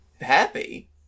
happy